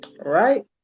Right